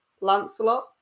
Lancelot